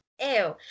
Ew